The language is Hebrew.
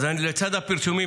אז לצד הפרסומים,